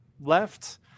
left